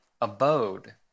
Abode